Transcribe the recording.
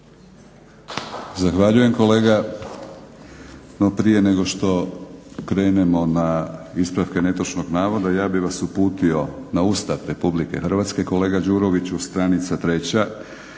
Zahvaljujem kolega. No prije nego što krenemo na ispravke netočnog navoda ja bih vas uputio na Ustav Republike Hrvatske kolega Đuroviću, stranica 3.